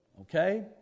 Okay